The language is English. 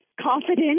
confident